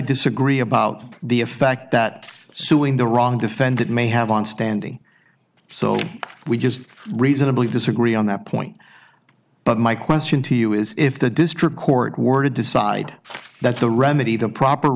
disagree about the effect that suing the wrong defendant may have on standing so we just reasonably disagree on that point but my question to you is if the district court were to decide that the remedy the proper